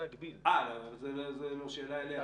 זה לא שאלה אליה.